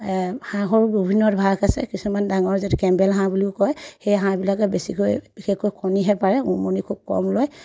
হাঁহৰো বিভিন্ন ভাগ আছে কিছুমান ডাঙৰ যদি কেম্বেল হাঁহ বুলিও কয় সেই হাঁহবিলাকে বেছিকৈ বিশেষকৈ কণীহে পাৰে উমনি খুব কম লয়